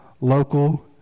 local